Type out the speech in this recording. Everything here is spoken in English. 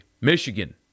Michigan